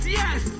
yes